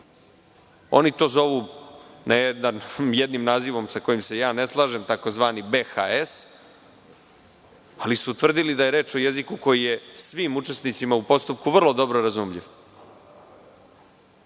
Oni to zovu jednim nazivom, sa kojim se ja ne slažem, tzv. BHS, ali su tvrdili da je reč o jeziku koji je svim učesnicima u postupku vrlo dobro razumljiv.